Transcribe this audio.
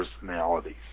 personalities